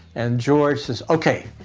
and george says, okay,